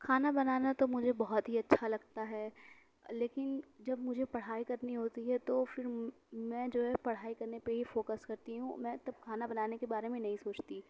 کھانا بنانا تو مجھے بہت ہی اچھا لگتا ہے لیکن جب مجھے پڑھائی کرنی ہوتی ہے تو پھر میں جو ہے پڑھائی کرنے پہ ہی فوکس کرتی ہوں میں تب کھانا بنانے کے بارے میں نہیں سوچتی